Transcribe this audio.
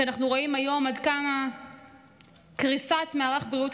שאנחנו רואים היום עד כמה קריסת מערך בריאות